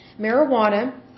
marijuana